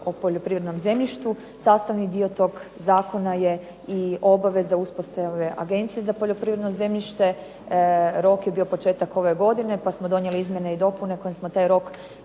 o poljoprivrednom zemljištu, sastavni dio tog zakona je i obaveza uspostave Agencije za poljoprivredno zemljište, rok je bio početak ove godine pa smo donijeli izmjene i dopune kojim smo taj rok